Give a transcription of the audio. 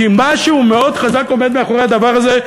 כי משהו מאוד חזק עומד מאחורי הדבר הזה,